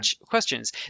questions